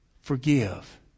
forgive